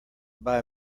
buy